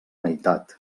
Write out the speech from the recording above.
meitat